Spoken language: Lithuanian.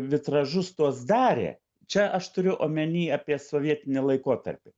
vitražus tuos darė čia aš turiu omeny apie sovietinį laikotarpį